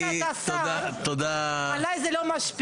זה שאתה שר, עליי זה לא משפיע.